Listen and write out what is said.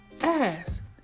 ask